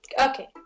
Okay